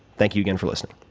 thank you again for listening